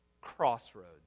crossroads